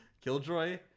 Killjoy